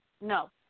No